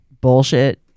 bullshit